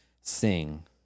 sing